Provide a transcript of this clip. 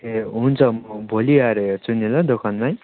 ए हुन्छ म भोलि आएर हेर्छुु नि ल दोकानमै